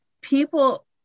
people